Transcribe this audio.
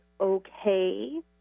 okay